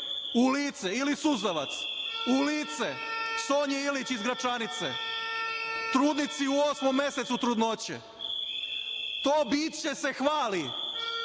lice ili suzavac u lice Sonji Ilić iz Gračanice, trudnici u osmom mesecu trudnoće. To biće se hvali